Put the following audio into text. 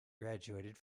graduated